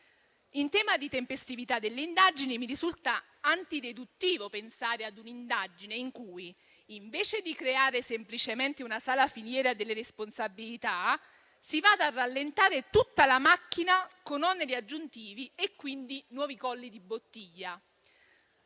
In tema di tempestività delle indagini, mi risulta antideduttivo pensare a un'indagine in cui, invece di creare semplicemente una sana filiera delle responsabilità, si vada a rallentare tutta la macchina con oneri aggiuntivi e quindi nuovi colli di bottiglia.